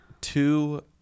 two